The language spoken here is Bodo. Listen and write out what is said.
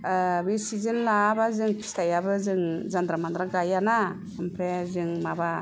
ओह बे सिजेन लायाबा जों फिथाइयाबो जों जान्द्रा मान्द्रा गाइया ना ओमफ्राय जों माबा